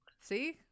see